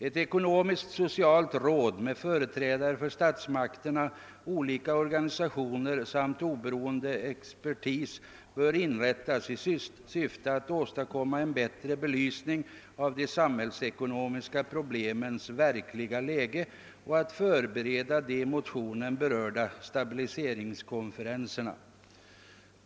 Ett ekonomisk-socialt råd med företrädare för statsmakterna, olika organisationer samt oberoende expertis bör inrättas i syfte att åstadkomma en bättre belysning av de samhällsekonomiska problemens verkliga läge och att förbereda de i motionen berörda stabiliseringskonferenserna.